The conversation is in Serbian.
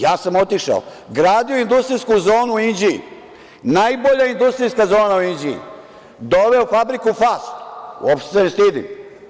Ja sam otišao, gradio industrijsku zonu u Inđiji, najbolja industrijska zona u Inđiji, doveo fabriku "Fast", uopšte se ne stidim.